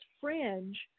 fringe